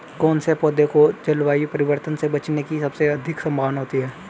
कौन से पौधे को जलवायु परिवर्तन से बचने की सबसे अधिक संभावना होती है?